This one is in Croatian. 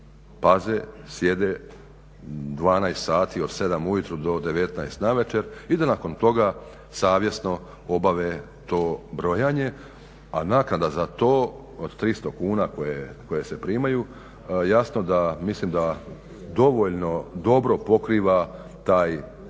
paze, sjede 12 sati od 7 ujutro do 19 navečer i da nakon toga savjesno obave to brojanje, a naknada za to od 300 kuna koje se primaju jasno da, mislim da dovoljno dobro pokriva taj